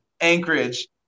anchorage